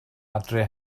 adre